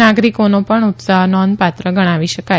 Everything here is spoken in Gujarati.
નાગરિકોનો પણ ઉત્સાફ નોંધપાત્ર ગણાવી શકાય